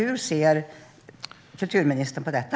Hur ser kulturministern på detta?